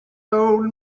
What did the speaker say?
old